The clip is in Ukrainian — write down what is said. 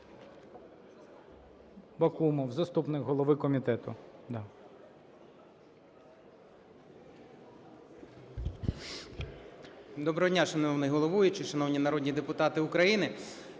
Доброго дня, шановний головуючий, шановні народні депутати України!